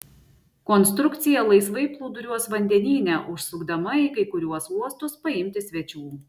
konstrukcija laisvai plūduriuos vandenyne užsukdama į kai kuriuos uostus paimti svečių